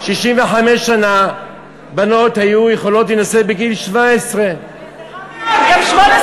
65 שנה בנות היו יכולות להינשא בגיל 17. וזה רע מאוד,